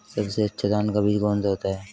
सबसे अच्छा धान का बीज कौन सा होता है?